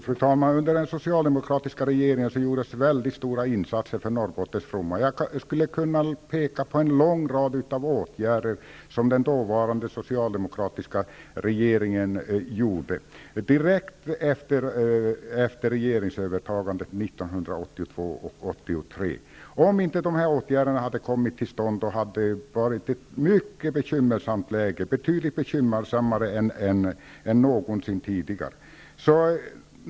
Fru talman! Under den socialdemokratiska regeringen gjordes mycket stora insatser till Norrbottens fromma. Jag skulle kunna peka på en lång rad av åtgärder som den dåvarande socialdemokratiska regeringen gjorde direkt efter regeringsövertagandet 1982 och 1983. Om de här åtgärderna inte hade kommit till stånd, hade det varit ett mycket bekymmersamt läge, betydligt mera bekymmersamt än någonsin tidigare.